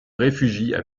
réfugient